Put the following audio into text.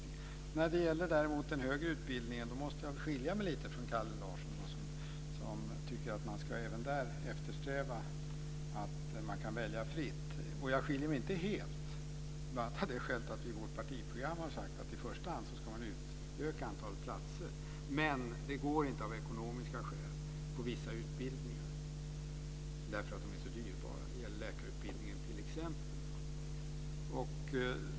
När det däremot gäller den högre utbildningen måste jag skilja mig lite från Kalle Larsson som tycker att man även i det fallet ska eftersträva ett fritt val. Jag skiljer mig inte helt, bl.a. av det skälet att vi i vårt partiprogram har sagt att man i första hand ska utöka antalet platser. Men det går inte av ekonomiska skäl på vissa utbildningar därför att de är så dyrbara. Det gäller t.ex. läkarutbildningen.